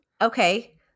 Okay